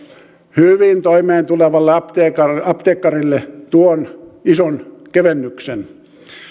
hyvin toimeentulevalle apteekkarille apteekkarille tuon ison kevennyksen